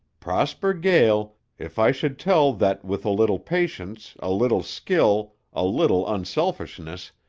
prosper gael, if i should tell that with a little patience, a little skill, a little unselfishness,